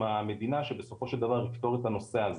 המדינה שבסופו של דבר יפתור את הנושא הזה.